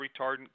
retardant